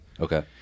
Okay